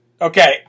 Okay